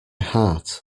heart